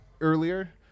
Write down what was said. earlier